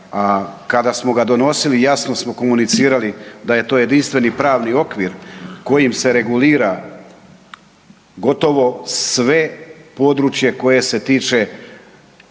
kada smo ga donosili, jasno smo komunicirali da je to jedinstveni pravni okvir kojim se regulira gotovo sve područje koje se tiče